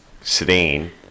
sedan